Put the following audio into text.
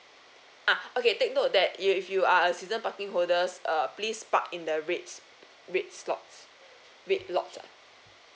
ah okay take note that if if you are a season parking holders uh please park in the red red block red block ah